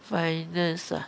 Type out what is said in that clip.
finest ah